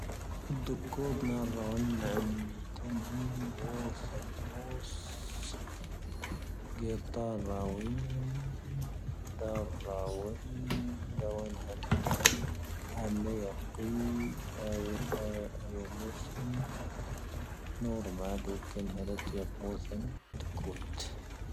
ⴰⴷ ⴷⴷⴽoⴷ ⵏⴰⵔⴰⵓⵏ ⵏ'ⴰⵎⵎⴻⴻⵜⴰⵏ ⵀⴻⴻⵏ ⴳoⵔⵙⴰ ⵎⵡⵙ. ⴳⵉⵔⵜⴰⵔ ⵔⴰⵡⵉⵏ ⴷⴰⵔ ⵔⴰⵡⵉⵏ ⴷⴰⵡⵉⵏ ⵀⴰⵔⴰⵜ. ⵀⴰⵏⵏⴰ ⵢⴰⴳⵉⵍ ⴰⵢⴰⵎ ⵎⵡⵙ. ⵏoⵔⵎⴰⴷ ⵀⵓⴽⵉⵏ ⵀⴰⵔⴰⵜ ⵢⴰⴳⵎⵓⵣⴰⵏ ⴷⴷⴽoⴷ.